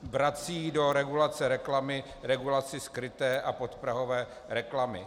Vrací do regulace reklamy regulaci skryté a podprahové reklamy.